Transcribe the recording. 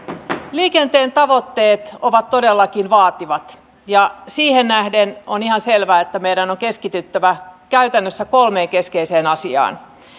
liikenteen tavoitteet ovat todellakin vaativat ja siihen nähden on ihan selvää että meidän on keskityttävä käytännössä kolmeen keskeiseen asiaan